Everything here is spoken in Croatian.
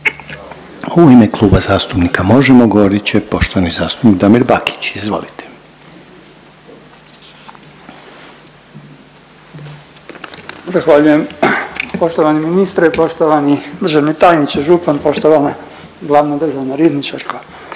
U ime Kluba zastupnika Možemo! govorit će poštovani zastupnik Damir Bakić. Izvolite. **Bakić, Damir (Možemo!)** Zahvaljujem. Poštovani ministre, poštovani državni tajniče Župan, poštovana glavna državna rizničarko